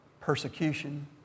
persecution